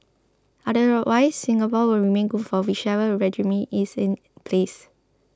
otherwise Singapore will remain good for whichever regime is in place